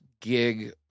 gig